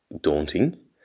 daunting